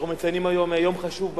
אנחנו מציינים היום במליאה יום חשוב.